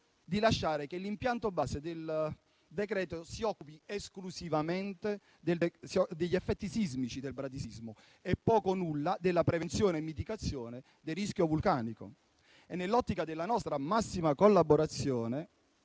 di lasciare che l'impianto base del decreto-legge si occupi esclusivamente degli effetti sismici del bradisismo e poco o nulla della prevenzione e della mitigazione del rischio vulcanico. Nell'ottica della nostra massima collaborazione,